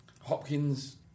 Hopkins